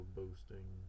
boasting